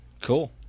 Cool